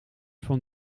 van